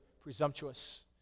presumptuous